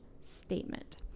statement